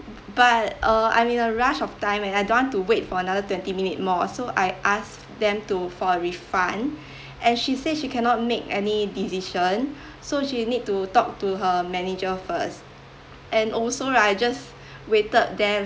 but uh I'm in a rush of time and I don't want to wait for another twenty minute more so I ask them to for refund and she say she cannot make any decision so she need to talk to her manager first and also right I just waited there